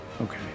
Okay